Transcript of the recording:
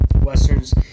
westerns